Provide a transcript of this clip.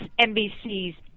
NBC's